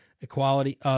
Equality